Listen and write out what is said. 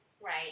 Right